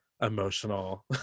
emotional